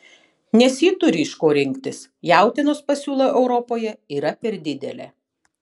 nes ji turi iš ko rinktis jautienos pasiūla europoje yra per didelė